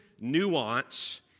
nuance